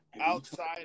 outside